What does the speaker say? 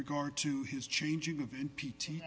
regard to his changing of n p t